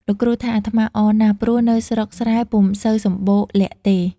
លោកគ្រូថា "អាត្មាអរណាស់ ព្រោះនៅស្រុកស្រែពុំសូវសម្បូរល័ក្តទេ"។